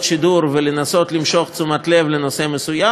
שידור ולנסות למשוך תשומת לב לנושא מסוים,